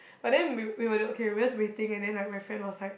but then we we were there okay we just waiting and then my friend was like